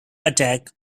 attack